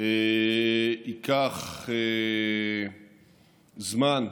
ייקח זמן,